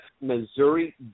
Missouri